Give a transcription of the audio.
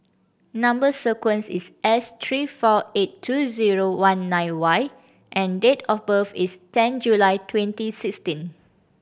number sequence is S three four eight two zero one nine Y and date of birth is ten July twenty sixteen